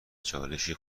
چالشی